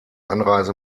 anreise